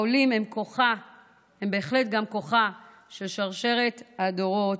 העולים הם בהחלט גם כוחה של שרשרת הדורות,